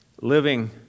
living